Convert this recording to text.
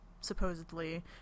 supposedly